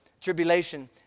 Tribulation